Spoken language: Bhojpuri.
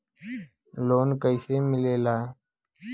लोन कईसे मिलेला?